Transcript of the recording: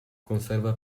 conserva